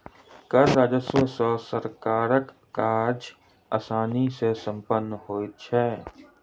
कर राजस्व सॅ सरकारक काज आसानी सॅ सम्पन्न होइत छै